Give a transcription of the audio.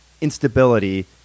instability